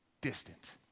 distant